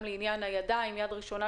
גם לעניין הידיים יד ראשונה,